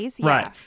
Right